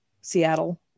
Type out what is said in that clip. Seattle